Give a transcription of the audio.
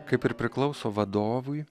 kaip ir priklauso vadovui